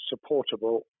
supportable